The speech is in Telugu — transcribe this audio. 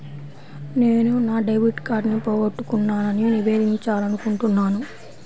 నేను నా డెబిట్ కార్డ్ని పోగొట్టుకున్నాని నివేదించాలనుకుంటున్నాను